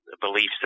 beliefs